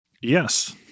Yes